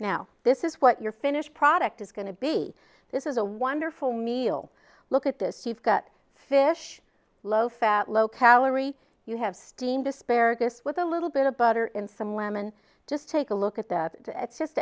now this is what your finished product is going to be this is a wonderful meal look at this you've got fish low fat low calorie you have steamed asparagus with a little bit of butter in some lemon just take a look at that it's just